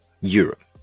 Europe